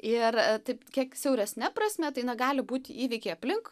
ir taip kiek siauresne prasme tai na gali būti įvykiai aplink